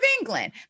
England